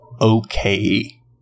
okay